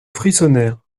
frissonnèrent